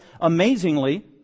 amazingly